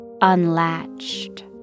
unlatched